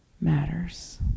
matters